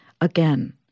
again